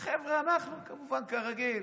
החבר'ה, אנחנו, כמובן, כרגיל.